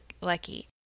lucky